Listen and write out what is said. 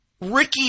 Ricky